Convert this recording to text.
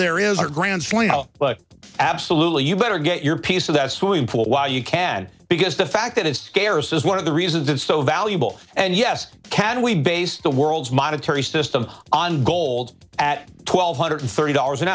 there is a grand slam no absolutely you better get your piece of that swimming pool while you can because the fact that is scarce is one of the reasons it's so valuable and yes can we base the world's monetary system on gold at twelve hundred thirty dollars an